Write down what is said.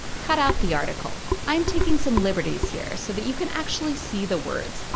cut out the article. i'm taking some liberties here, so that you can actually see the words.